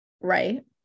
right